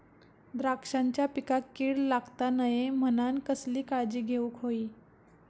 द्राक्षांच्या पिकांक कीड लागता नये म्हणान कसली काळजी घेऊक होई?